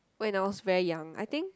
when I was very young I think